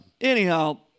anyhow